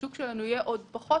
שהשוק יהיה עוד פחות